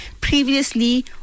previously